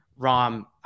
Rom